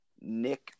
Nick